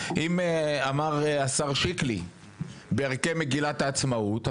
אם אמר השר שיקלי בערכי מגילת העצמאות,